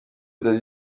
dady